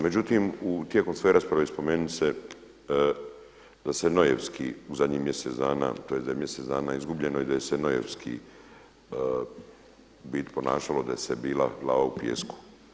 Međutim, tijekom svoje rasprave spomenuli ste da se nojevski u zadnjih mjesec dana, tj. da je mjesec dana izgubljeno i da se nojevski u biti ponašalo, da je se bilo glava u pijesku.